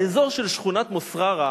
באזור של שכונת מוסררה